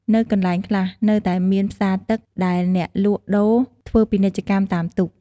នៅកន្លែងខ្លះ នៅតែមានផ្សារទឹក ដែលអ្នកលក់ដូរធ្វើពាណិជ្ជកម្មតាមទូក។